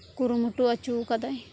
ᱠᱩᱨᱩᱢᱩᱴᱩ ᱚᱪᱚ ᱟᱠᱟᱫᱟᱭ